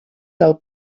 del